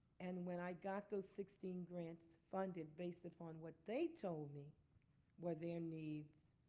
and when i got those sixteen grants funded based upon what they told me what their needs,